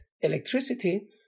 electricity